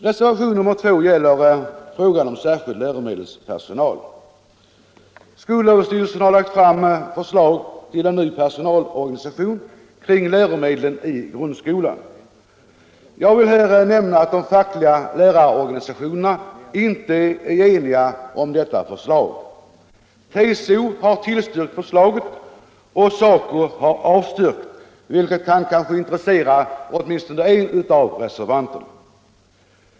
Reservationen 2 gäller frågan om särskild läromedelspersonal. Skolöverstyrelsen har lagt fram förslag till en ny personalorganisation för läromedlen i grundskolan. Jag vill här nämna att de fackliga lärarorganisationerna inte är eniga om detta förslag. TCO har tillstyrkt förslaget men SACO har avstyrkt det, vilket kanske kan intressera åtminstone en av reservanterna.